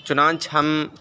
چنانچہ ہم